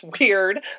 weird